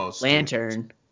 lantern